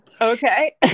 okay